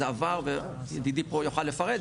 זה עבר וידיד פה יוכל לפרט,